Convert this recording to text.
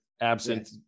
absent